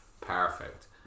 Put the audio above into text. Perfect